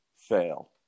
fail